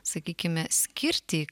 sakykime skirtį